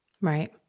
Right